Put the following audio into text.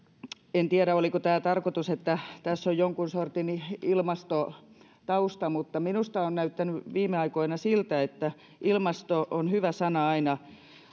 en tiedä oliko tarkoitus että tässä on jonkun sortin ilmastotausta mutta minusta on näyttänyt viime aikoina siltä että ilmasto on hyvä sana aina